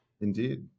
indeed